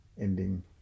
ending